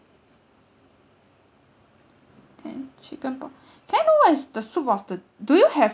ten chicken pop can I know what is the soup of the do you have